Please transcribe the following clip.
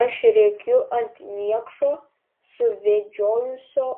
aš rėkiu ant niekšo suvedžiojusio